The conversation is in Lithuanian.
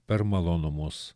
per malonumus